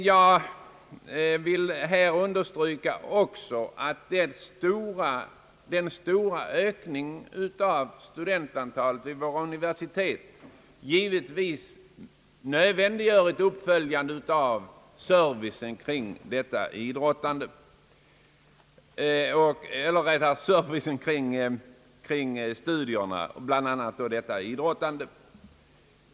Jag vill även betona, att den stora ökningen av studentantalet vid våra universitet givetvis nödvändiggör ett uppföljande av servicen för studenterna, bl.a. när det gäller idrott.